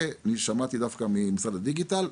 שמעתי את זה דווקא ממשרד הדיגיטל,